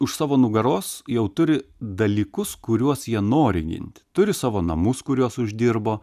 už savo nugaros jau turi dalykus kuriuos jie nori ginti turi savo namus kuriuos uždirbo